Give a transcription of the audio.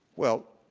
well,